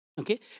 Okay